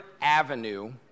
avenue